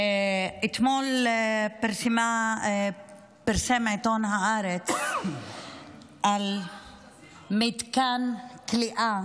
אתמול פרסם עיתון הארץ על מתקן כליאה